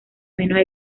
menos